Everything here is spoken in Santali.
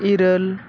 ᱤᱨᱟᱹᱞ